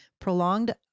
Prolonged